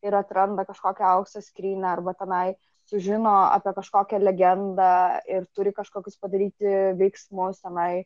ir atranda kažkokią aukso skrynią arba tenai sužino apie kažkokią legendą ir turi kažkokius padaryti veiksmus tenai